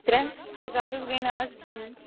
ترٛےٚ ترٛےٚ ساسَس حظ گٔے نہٕ آز کِہیٖنۍ